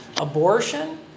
abortion